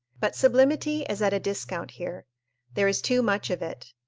but sublimity is at a discount here there is too much of it.